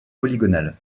polygonales